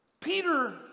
Peter